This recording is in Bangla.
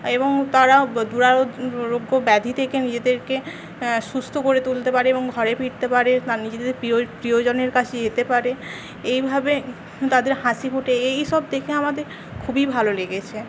এবং তারা দুরারোগ্য ব্যাধি থেকে নিজেদেরকে সুস্থ করে তুলতে পারে এবং ঘরে ফিরতে পারে তার নিজেদের প্রিয় প্রিয়জনের কাছে যেতে পারে এইভাবে তাদের হাসি ফোটে এইসব দেখে আমাদের খুবই ভালো লেগেছে